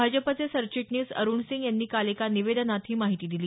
भाजपाचे सरचिटणीस अरुण सिंग यांनी काल एका निवेदनात ही माहिती दिली